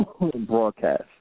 broadcast